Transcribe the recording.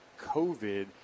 COVID